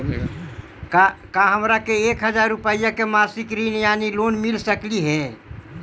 का हमरा के एक हजार रुपया के मासिक ऋण यानी लोन मिल सकली हे?